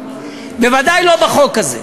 בוודאי לא בחוק הזה.